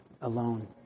alone